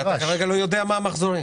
אתה כרגע לא יודע מה המחזורים.